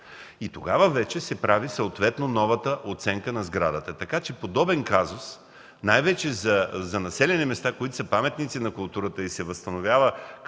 Тогава вече се прави съответно новата оценка на сградата. Така че подобен казус, най-вече за населени места, които са паметници на културата, когато се възстановява